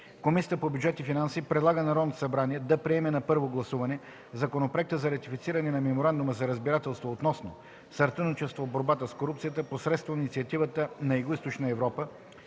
Комисията по бюджет и финанси предлага на Народното събрание да приеме на първо гласуване Законопроект за ратифициране на Меморандума за разбирателство относно сътрудничество в борбата с корупцията посредством Инициативата на Югоизточна Европа